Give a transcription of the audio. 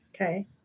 okay